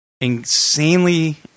insanely